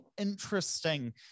interesting